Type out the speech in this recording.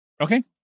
Okay